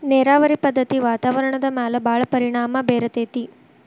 ನೇರಾವರಿ ಪದ್ದತಿ ವಾತಾವರಣದ ಮ್ಯಾಲ ಭಾಳ ಪರಿಣಾಮಾ ಬೇರತತಿ